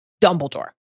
Dumbledore